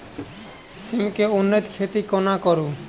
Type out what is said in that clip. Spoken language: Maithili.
सिम केँ उन्नत खेती कोना करू?